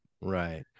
right